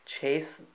Chase